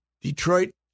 Detroit